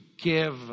give